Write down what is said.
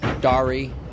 Dari